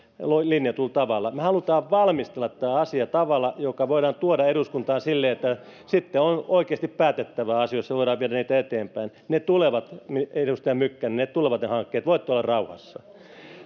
linjatulla tavalla me haluamme valmistella tämän asian sillä tavalla että se voidaan tuoda eduskuntaan silleen että sitten on oikeasti päätettävä asia jolla voidaan viedä niitä eteenpäin ne tulevat edustaja mykkänen ne hankkeet voitte olla rauhassa